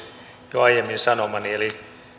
jo aiemmin sanomani eli